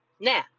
now